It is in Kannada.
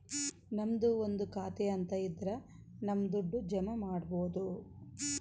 ನಮ್ದು ಒಂದು ಖಾತೆ ಅಂತ ಇದ್ರ ನಮ್ ದುಡ್ಡು ಜಮ ಮಾಡ್ಬೋದು